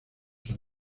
han